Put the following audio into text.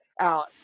out